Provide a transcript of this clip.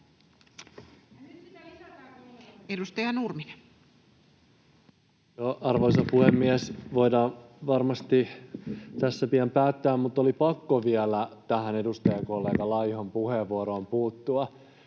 Edustaja Nurminen. Arvoisa puhemies! Voidaan varmasti tässä pian päättää, mutta oli pakko vielä edustajakollega Laihon puheenvuoroon puuttua.